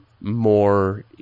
more